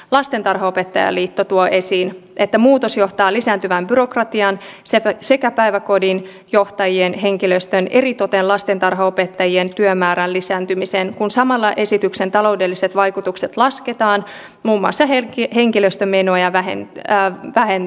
lastentarhanopettajaliitto tuo esiin että muutos johtaa lisääntyvään byrokratiaan sekä päiväkodinjohtajien henkilöstön eritoten lastentarhaopettajien työmäärän lisääntymiseen kun samalla esityksen taloudelliset vaikutukset lasketaan muun muassa henkilöstömenojen vähennyksellä